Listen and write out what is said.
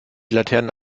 laternen